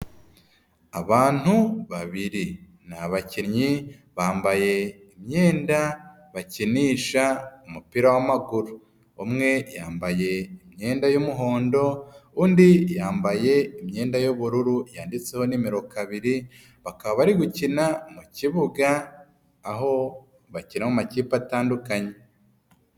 Abantu babiri ni abakinnyi, bambaye imyenda bakinisha umupira w'amaguru. Umwe yambaye imyenda y'umuhondo, undi yambaye imyenda y'ubururu yanditseho nimero kabiri, bakaba bari gukina mu kibuga, aho bakina mu makipe atandukanye.